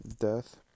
death